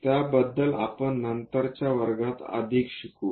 त्याबद्दल आपण नंतरच्या वर्गात अधिक शिकू